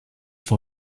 for